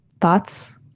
Thoughts